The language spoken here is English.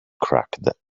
cracked